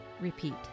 Repeat